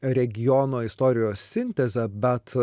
regiono istorijos sintezę bet